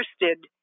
interested